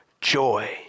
joy